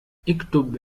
اِكتب